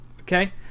okay